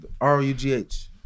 R-O-U-G-H